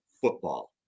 football